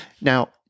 Now